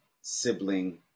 sibling